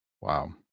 Wow